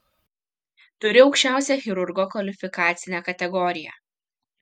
turi aukščiausią chirurgo kvalifikacinę kategoriją